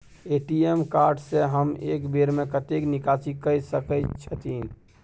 ATM card से हम एक बेर में कतेक निकासी कय सके छथिन?